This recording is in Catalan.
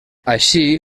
així